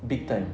big time